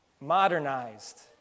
modernized